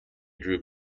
drew